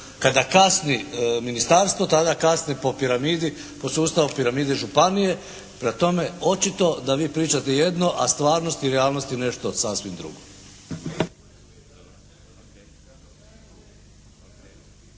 Kada kasni ministarstvo tada kasni po piramidi, po sustavu piramide županije. Prema tome očito da vi pričate jedno, a stvarnost i realnost je nešto sasvim drugo.